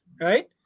right